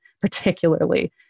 particularly